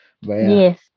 Yes